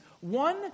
One